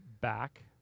back